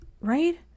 Right